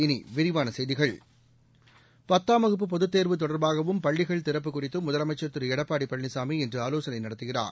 இனி விரிவான செய்திகள் பத்தாம் வகுப்புபொதுத்தேர்வு தொடர்பாகவும் பள்ளிகள் திறப்பு குறித்தும் முதலமைச்சர் திரு எடப்பாடி பழனிசாமி இன்று ஆலோசனை நடத்துகிறார்